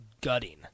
gutting